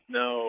no